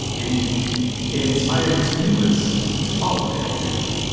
and it inspired its viewers to follow their example.